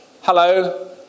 Hello